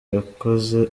yakoze